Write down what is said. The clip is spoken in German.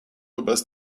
übers